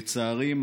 לצערי,